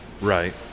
right